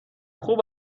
خوب